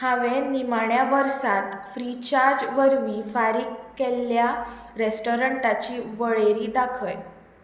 हांवें निमाण्या वर्सात फ्री चार्ज वरवीं फारीक केल्ल्या रॅस्टॉरंटाची वळेरी दाखय